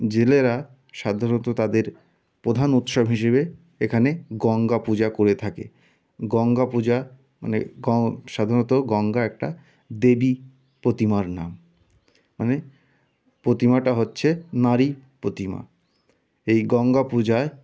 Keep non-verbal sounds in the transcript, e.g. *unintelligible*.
জেলেরা সাধারত তাদের প্রধান উৎসব হিসেবে এখানে গঙ্গা পূজা করে থাকে গঙ্গা পূজা মানে *unintelligible* সাধারণত গঙ্গা একটা দেবী প্রতিমার নাম মানে প্রতিমাটা হচ্ছে নারী প্রতিমা এই গঙ্গা পূজা